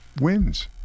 wins